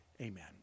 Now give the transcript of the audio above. Amen